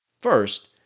First